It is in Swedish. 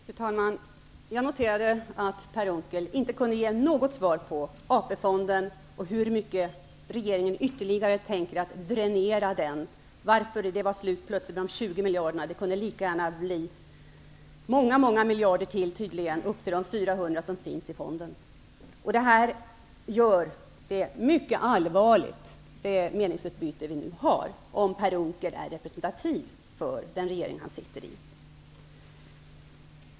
Fru talman! Jag noterade att Per Unckel inte kunde ge något svar på frågan om AP-fonden och om hur mycket ytterligare regeringen avser att dränera den. Varför var plötsligt de 20 miljarderna slut? Det kunde tydligen lika gärna ha blivit många, många miljader ytterligare upp till de 400 miljarder som finns i fonden. Detta gör att det meningsutbyte vi nu har är mycket allvarligt, om Per Unckel är representativ för den regering han representerar.